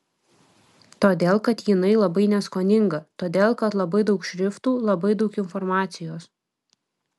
todėl kad jinai labai neskoninga todėl kad labai daug šriftų labai daug informacijos